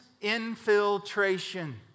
infiltration